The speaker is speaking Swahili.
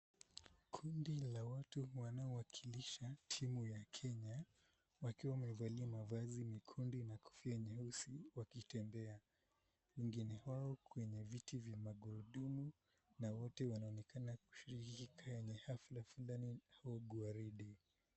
Kundi la watu wanaowakilisha timu ya Kenya, wakiwa wamevalia mavazi mekundu na kofia nyeusi, wakitembea. Wengine wao kwenye viti vya magurudumu, na wote wanaonekana kushiriki kwenye hafla fulani au gwaride.